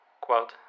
quote